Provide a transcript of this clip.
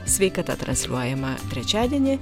sveikata transliuojama trečiadienį